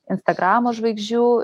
instagramo žvaigždžių